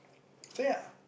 so ya